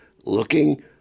looking